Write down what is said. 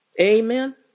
Amen